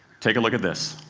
take a look at this.